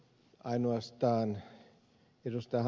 ainoastaan ed